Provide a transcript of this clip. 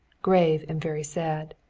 grave and very sad.